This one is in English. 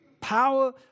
Power